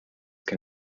can